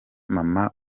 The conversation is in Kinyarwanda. mama